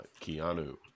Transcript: Keanu